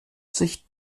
sich